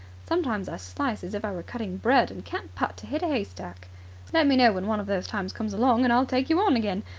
sometimes i slice as if i were cutting bread and can't putt to hit a haystack. let me know when one of those times comes along, and i'll take you on again.